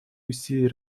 усилий